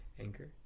Anchor